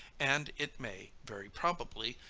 and it may, very probably,